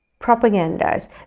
propagandas